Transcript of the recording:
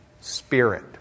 Spirit